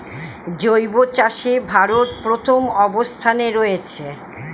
জৈব চাষে ভারত প্রথম অবস্থানে রয়েছে